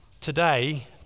Today